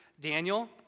Daniel